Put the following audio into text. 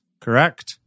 Correct